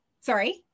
Sorry